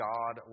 God